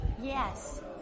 Yes